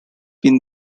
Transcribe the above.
been